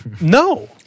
No